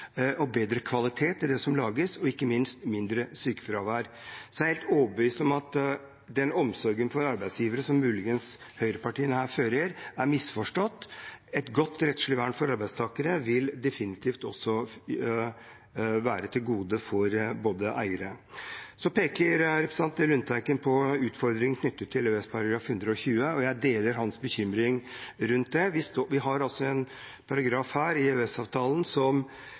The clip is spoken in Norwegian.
og bedre kvalitet i det som lages – og ikke minst mindre sykefravær. Jeg er helt overbevist om at den omsorgen for arbeidsgivere som høyrepartiene her muligens viser, er misforstått. Et godt rettslig vern for arbeidstakere vil definitivt også være et gode for eiere. Så peker representanten Lundteigen på en utfordring knyttet til EØS-avtalens artikkel 120. Jeg deler hans bekymring rundt det. Vi har altså en artikkel i